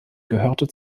gehörte